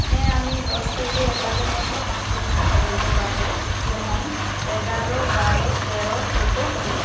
হ্যাঁ আমি দশ থেকে এক লাখের মধ্যেও পাঁচটি সংখ্যা বলতে পারবো যেমন এগারো বারো তেরো চোদ্দো পনেরো